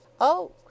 Oh